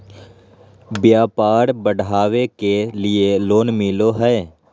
व्यापार बढ़ावे के लिए लोन मिलो है?